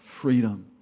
freedom